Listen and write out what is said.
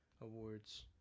Awards